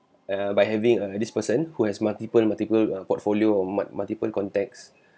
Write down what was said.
uh by having uh this person who has multiple multiple uh portfolio or mult~ multiple contexts